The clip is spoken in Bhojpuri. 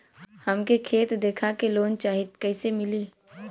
हमके खेत देखा के लोन चाहीत कईसे मिली?